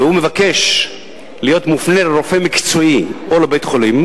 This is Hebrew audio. והוא מבקש להיות מופנה לרופא מקצועי או לבית-חולים,